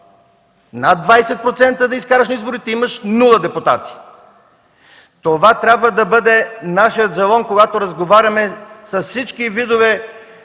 Над 20% да изкараш на изборите, имаш нула депутати! Това трябва да бъде нашият жалон, когато разговаряме с всички